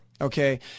Okay